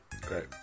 Great